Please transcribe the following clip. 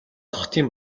хотын